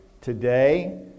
today